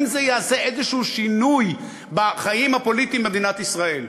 האם זה יעשה איזה שינוי בחיים הפוליטיים במדינת ישראל?